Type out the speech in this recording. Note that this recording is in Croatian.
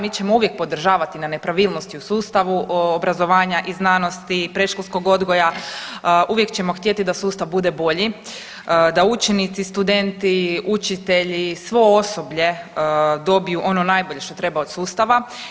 Mi ćemo uvijek podržavati na nepravilnosti u sustavu obrazovanja i znanosti, predškolskog odgoja, uvijek ćemo htjeti da sustav bude bolji, da učenici, studenti, učitelji, svo osoblje dobiju ono najbolje što treba od sustava.